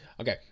okay